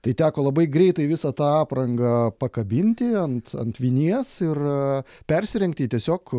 tai teko labai greitai visą tą aprangą pakabinti ant ant vinies ir persirengti į tiesiog